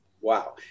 Wow